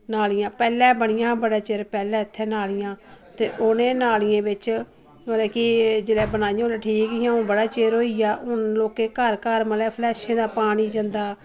नालियां पैह्लै बनिआं हां बड़े चिर पैह्लै इत्थै नालियां ते उनैं नालिऐं बिच मतलव कि जिसलै बनाईआं हियां हुन बड़ा चिर होईआ हुन लोकैं घर घर मतलव फ्लैशें दा पानी जंदा